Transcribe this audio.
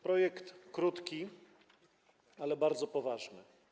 Projekt krótki, ale bardzo poważny.